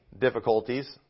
difficulties